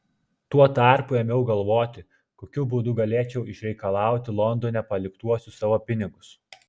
tuo tarpu ėmiau galvoti kokiu būdu galėčiau išreikalauti londone paliktuosius savo pinigus